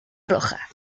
roja